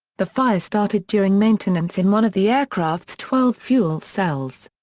the fire started during maintenance in one of the aircraft's twelve fuel cells.